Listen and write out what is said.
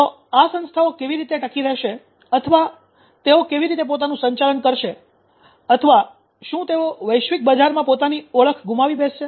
તો આ સંસ્થાઓ કેવી રીતે ટકી રહેશે અથવા તેઓ કેવી રીતે પોતાનું સંચાલન કરશે અથવા શું તેઓ વૈશ્વિક બજારમાં પોતાની ઓળખ ગુમાવી બેસશે